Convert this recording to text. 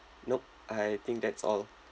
nope I think that's all